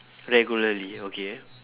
regularly okay